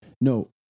No